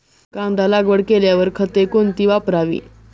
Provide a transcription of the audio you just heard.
कांदा लागवड केल्यावर खते कोणती वापरावी?